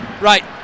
Right